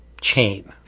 chain